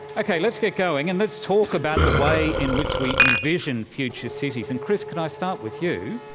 okay, let's get going, and let's talk about the way in which we envision future cities. and chris, can i start with you?